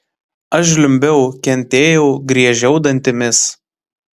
aš žliumbiau kentėjau griežiau dantimis